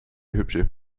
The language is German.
hübsche